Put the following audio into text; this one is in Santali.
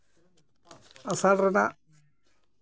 ᱟᱥᱟᱲ ᱨᱮᱱᱟᱜ